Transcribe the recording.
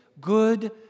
good